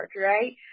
right